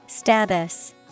Status